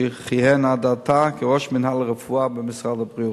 שכיהן עד עתה כראש מינהל רפואה במשרד הבריאות.